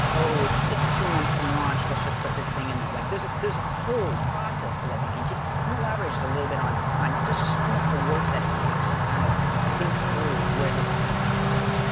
oh, it's it's two months months from launch. let's just put this thing in there. like there's there's a whole process to that thinking. can you elaborate just a little bit on on just some of the work that it takes to kind of think through where this is gonna be in time?